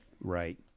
Right